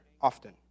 often